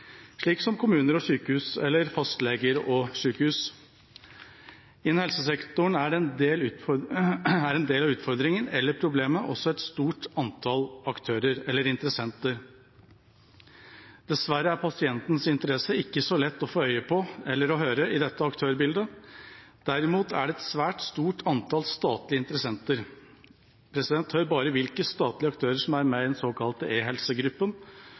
slik som kommuner og sykehus, eller fastleger og sykehus. Innen helsesektoren er en del av utfordringen, eller problemet, også et stort antall aktører eller interessenter. Dessverre er pasientens interesse ikke så lett å få øye på eller å høre i dette aktørbildet. Derimot er det et svært stort antall statlige interessenter. Hør bare hvilke statlige aktører som er med i den såkalte